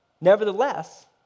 Nevertheless